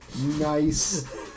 nice